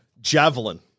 Javelin